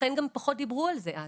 לכן גם פחות דיברו על זה אז.